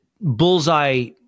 bullseye